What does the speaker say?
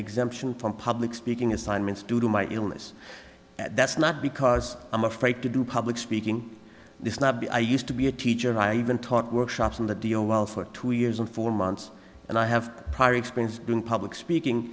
exemption from public speaking assignments due to my illness at that's not because i'm afraid to do public speaking this not be i used to be a teacher and i even taught workshops in the dio while for two years and four months and i have prior experience doing public speaking